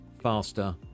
faster